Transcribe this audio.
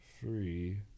three